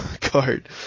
Card